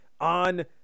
on